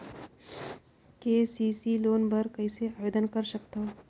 KCC loan बर कइसे आवेदन कर सकथव?